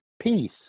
Peace